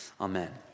Amen